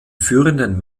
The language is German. führenden